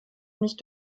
nicht